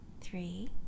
three